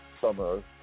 summer